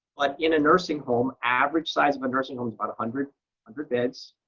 but in a nursing home, average size of a nursing home is about hundred hundred beds.